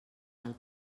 del